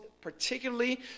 particularly